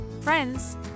friends